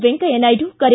ವೆಂಕಯ್ಯ ನಾಯ್ಡು ಕರೆ